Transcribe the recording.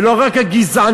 ולא רק הגזעניות,